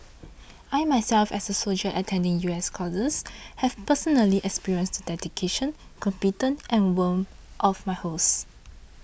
I myself as a soldier attending U S courses have personally experienced the dedication competence and warmth of my hosts